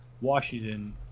Washington